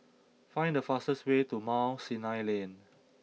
find the fastest way to Mount Sinai Lane